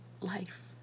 life